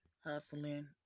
Hustling